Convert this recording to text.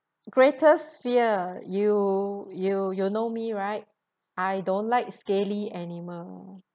greatest fear you you you know me right I don't like scaly animal